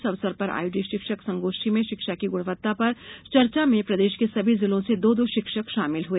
इस अवसर पर आयोजित शिक्षक संगोष्ठी में शिक्षा की गुणवत्ता पर चर्चा में प्रदेश के सभी जिलों से दो दो शिक्षक शामिल हुए